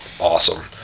awesome